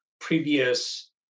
previous